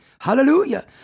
Hallelujah